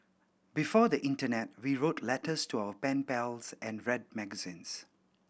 before the internet we wrote letters to our pen pals and read magazines